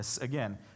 again